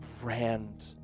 grand